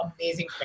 amazing